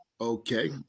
Okay